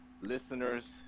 listeners